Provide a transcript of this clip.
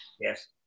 Yes